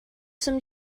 some